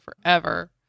forever